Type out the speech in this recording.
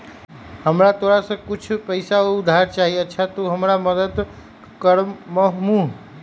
हमरा तोरा से कुछ पैसा उधार चहिए, अच्छा तूम हमरा मदद कर मूह?